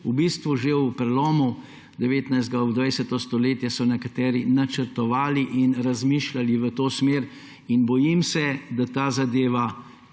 V bistvu že v prelomu 19. v 20. stoletje so nekateri načrtovali in razmišljali v to smer. Bojim se, da gre ta zadeva